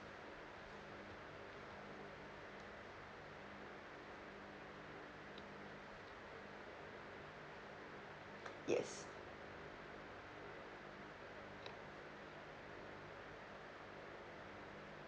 yes